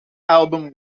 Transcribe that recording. album